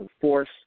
force